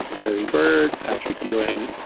larry bird, patrick ewing,